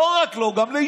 לא רק לו, גם לאשתו.